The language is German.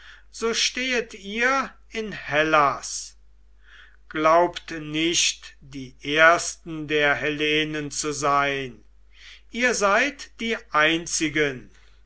so stehet ihr in hellas glaubt nicht die ersten der hellehen zu sein ihr seid die einzigen